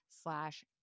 slash